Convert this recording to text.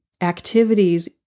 activities